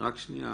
כן.